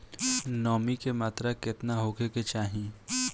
नमी के मात्रा केतना होखे के चाही?